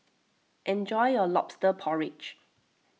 enjoy your Lobster Porridge